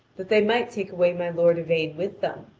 that they might take away my lord yvain with them.